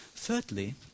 Thirdly